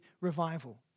revival